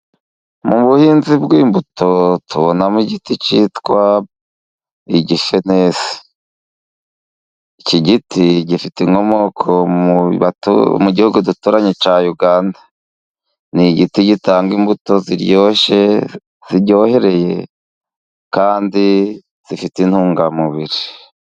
Mu buhinzi bw'imbuto tubonamo igiti cyitwa igifenesi, iki giti gifite inkomoko mu gihugu duturanye cya Uganda. Ni igiti gitanga imbuto ziryoshye ziryohereye kandi zifite intungamubiri.